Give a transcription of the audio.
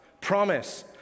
promise